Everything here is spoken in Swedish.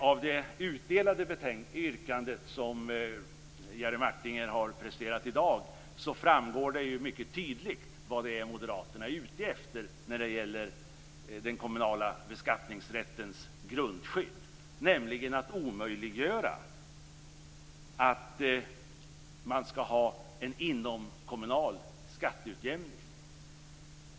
Av det utdelade yrkandet som Jerry Martinger har presterat i dag framgår det mycket tydligt vad det är Moderaterna är ute efter när det gäller den kommunala beskattningsrättens grundskydd, nämligen att omöjliggöra att man skall ha en inomkommunal skatteutjämning.